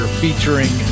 featuring